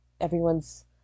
everyone's